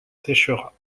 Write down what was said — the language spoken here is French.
sécheras